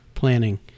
planning